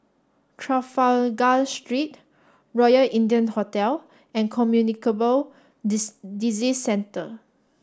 Trafalgar Street Royal India Hotel and Communicable Disease Centre